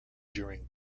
during